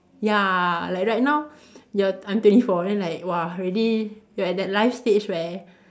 ya like right now you're I'm twenty four then like !wah! really you're at that life stage where